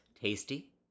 Tasty